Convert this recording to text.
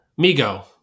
Migo